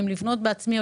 האם לבנות בעצמי,